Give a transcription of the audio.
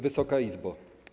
Wysoka Izbo!